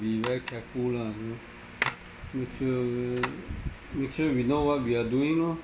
be very careful lah you know make sure make sure we know what we are doing lor